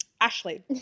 Ashley